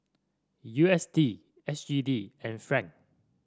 U S D S G D and franc